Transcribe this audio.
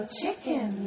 chicken